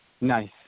Nice